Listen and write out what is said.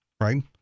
right